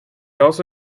also